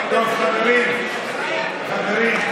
חברים,